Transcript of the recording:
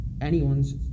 anyone's